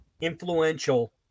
influential